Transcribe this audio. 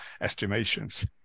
estimations